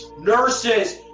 Nurses